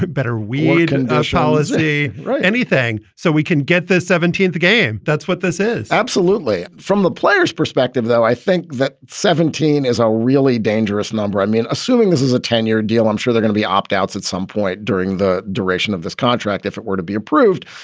but better weed and showers a anything so we can get this seventeenth game? that's what this is. absolutely. from the players perspective, though, i think that seventeen is a really dangerous number. i mean, assuming this is a ten year deal, i'm sure they're gonna be opt outs at some point during the duration of this contract. if it were to be approved,